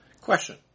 Question